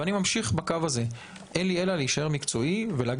אני ממשיך בקו הזה: אין לי אלא להישאר מקצועי ולהגיד